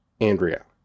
Andrea